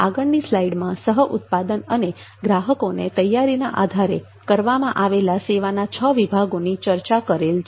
આગળની સ્લાઈડમાં સહ ઉત્પાદન અને ગ્રાહકોને તૈયારીના આધારે કરવામાં આવેલા સેવાના છ વિભાગોની ચર્ચા કરેલ છે